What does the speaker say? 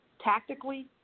tactically